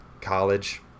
college